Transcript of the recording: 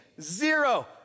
zero